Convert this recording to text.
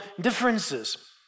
differences